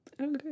Okay